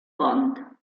pont